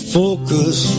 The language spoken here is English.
focus